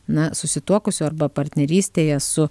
na susituokusių arba partnerystėje su